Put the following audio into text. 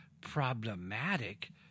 ...problematic